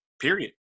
period